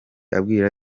abwira